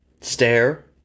stare